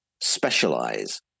specialize